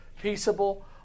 peaceable